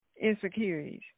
insecurities